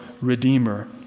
redeemer